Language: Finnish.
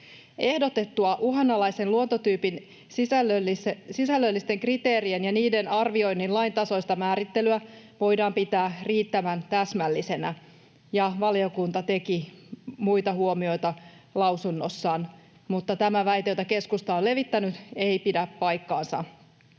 Ehdotettua uhanalaisen luontotyypin sisällöllisten kriteerien ja niiden arvioinnin laintasoista määrittelyä voidaan pitää riittävän täsmällisenä.” — ja valiokunta teki muita huomioita lausunnossaan. Mutta tämä väite, jota keskusta on levittänyt, ei pidä paikkansa.